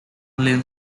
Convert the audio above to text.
lin